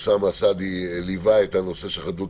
אוסאמה סעדי ליווה את הנושא של חדלות